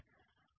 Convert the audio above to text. हां